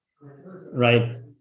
right